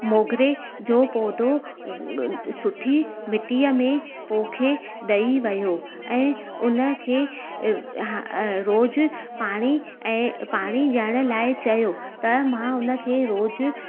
मोगरे जो पौधो सुठी मिटीअ में पोखे ॾेई वियो ऐं उनखे रोज़ु पाणी ऐं पाणी ॾियण लाइ चयो त मां उनखे रोज़ु